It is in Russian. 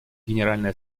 генеральной